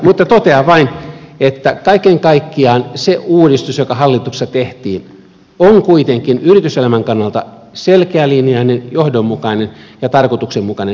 mutta totean vain että kaiken kaikkiaan se uudistus joka hallituksessa tehtiin on kuitenkin yrityselämän kannalta selkeälinjainen johdonmukainen ja tarkoituksenmukainen